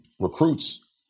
recruits